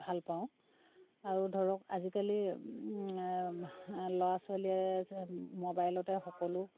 ভালপাওঁ আৰু ধৰক আজিকালি ল'ৰা ছোৱালীয়ে মবাইলতে সকলো